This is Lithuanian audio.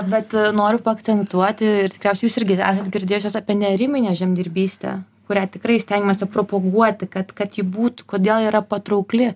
bet noriu paakcentuoti ir tikriausiai jūs irgi esat girdėjusios apie neariminę žemdirbystę kurią tikrai stengiamės ją propaguoti kad kad ji būtų kodėl yra patraukli